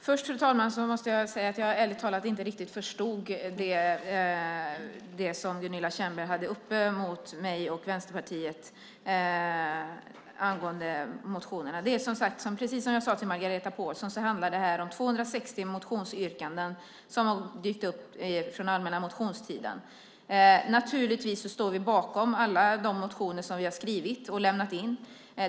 Fru talman! Först måste jag säga att jag ärligt talat inte riktigt förstod det som Gunilla Tjernberg tog upp mot mig och Vänsterpartiet angående motionerna. Precis som jag sade till Margareta Pålsson handlar det här om 260 motionsyrkanden som har dykt upp från allmänna motionstiden. Vi står naturligtvis bakom alla de motioner som vi har skrivit och lämnat in.